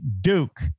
Duke